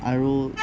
আৰু